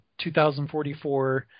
2044